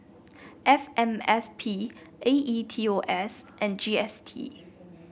F M S P A E T O S and G S T